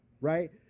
right